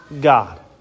god